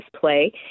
play